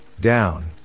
down